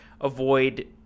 avoid